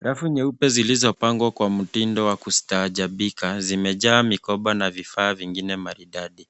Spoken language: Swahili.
Rafu nyeupe zilizopangwa kwa mtindo wa kustaajabika zimejaa mikoba na vifaa vingine maridadi.